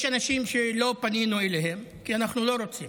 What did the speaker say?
יש אנשים שלא פנינו אליהם כי אנחנו לא רוצים,